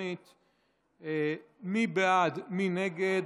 כנסת, נגד,